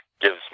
gives